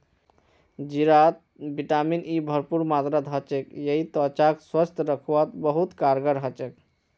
जीरात vitamin E भरपूर मात्रात ह छेक यई त्वचाक स्वस्थ रखवात बहुत कारगर ह छेक